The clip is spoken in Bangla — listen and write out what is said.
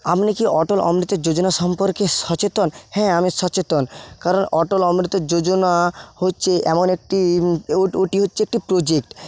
আপনি কি অটল অমৃত যোজনা সম্পর্কে সচেতন হ্যাঁ আমি সচেতন কারণ অটল অমৃত যোজনা হচ্ছে এমন একটি ও ওটি হচ্ছে একটি প্রোজেক্ট